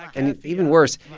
and even worse,